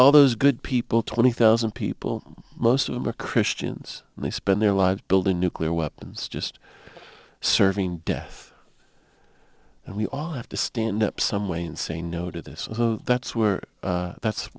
all those good people twenty thousand people most of them are christians and they spend their lives building nuclear weapons just serving death and we all have to stand up some way and say no to this and that's where that's